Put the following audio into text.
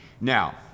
Now